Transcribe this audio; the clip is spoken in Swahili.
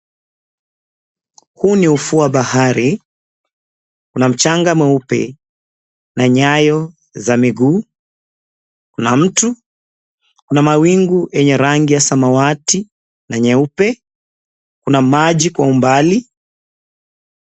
Huu ni ufuo wa bahari, una mchanga mweupe na nyayo za miguu, kuna mtu, kuna mawingu ya rangi ya samawati na nyeupe, kuna maji kwa umbali.